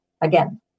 again